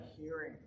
hearing